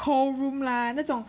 cold room lah 那种